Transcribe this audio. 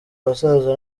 basaza